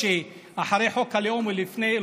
אחרי חוק הלאום או לפניו,